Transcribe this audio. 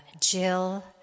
Jill